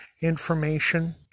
information